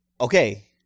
Okay